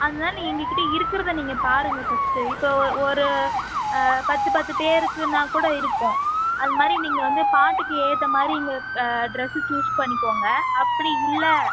அதனால் எங்ககிட்ட இருக்கறதை நீங்கள் பாருங்கள் ஃபர்ஸ்ட்டு இப்போ ஒ ஒரு பத்து பத்து பேருக்குன்னா கூட இருக்கும் அது மாதிரி நீங்கள் வந்து பாட்டுக்கு ஏற்ற மாதிரி இங்கே ட்ரெஸ்ஸு ச்சூஸ் பண்ணிக்கோங்க அப்படி இல்லை